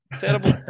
Terrible